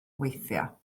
weithio